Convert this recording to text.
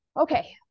okay